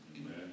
Amen